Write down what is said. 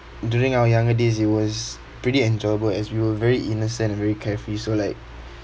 during our younger days it was pretty enjoyable as we were very innocent and very carefree so like